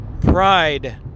Pride